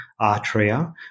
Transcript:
Artria